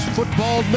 Football